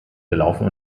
gelaufen